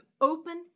open